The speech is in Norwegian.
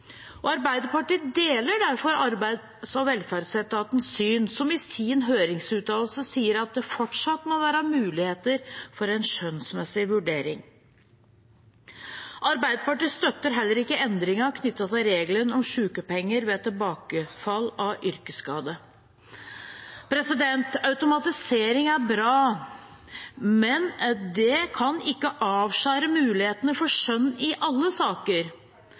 Arbeiderpartiet deler derfor synet til Arbeids- og velferdsetaten, som i sin høringsuttalelse sier at det fortsatt må være muligheter for en skjønnsmessig vurdering. Arbeiderpartiet støtter heller ikke endringen knyttet til regelen om sjukepenger ved tilbakefall av yrkesskade. Automatisering er bra, men det kan ikke avskjære mulighetene for skjønn i alle saker.